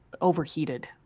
overheated